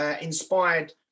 inspired